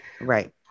Right